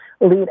lead